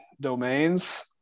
domains